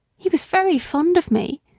he was very fond of me.